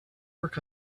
work